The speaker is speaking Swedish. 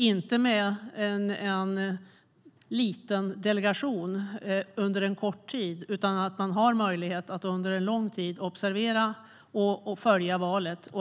Det ska då inte vara en liten delegation under en kort tid, utan man ska ha möjlighet att under en lång tid observera och följa valet.